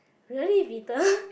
really bitter